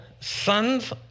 sons